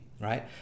right